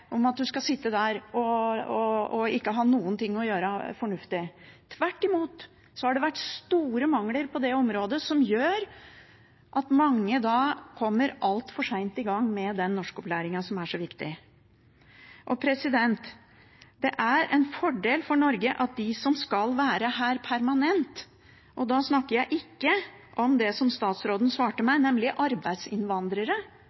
om at man skal sitte der og ikke ha noe fornuftig å gjøre. Tvert imot har det vært store mangler på det området, som gjør at mange kommer altfor sent i gang med norskopplæringen, som er så viktig. Det er en fordel for Norge at de som skal være her permanent – da snakker jeg ikke om det som statsråden svarte